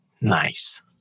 nice